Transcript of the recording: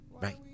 Right